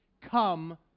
Come